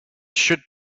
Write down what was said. should